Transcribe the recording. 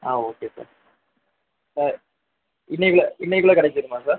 ஆ okay sir sir இன்னைக்குள்ளே இன்னைக்குள்ளே கிடைச்சிடுமா சார்